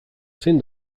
zein